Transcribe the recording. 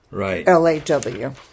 L-A-W